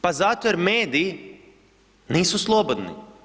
Pa zato jer mediji nisu slobodni.